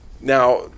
now